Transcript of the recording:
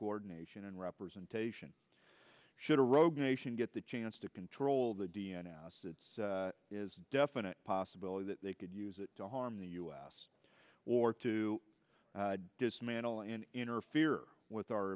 coordination and representation should a rogue nation get the chance to control the d n a is definite possibility that they could use it to harm the u s or to dismantle and interfere with our